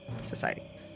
Society